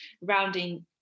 rounding